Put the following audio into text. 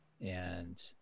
and-